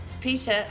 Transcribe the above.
Peter